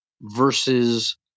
versus